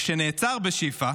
שנעצר בשיפא,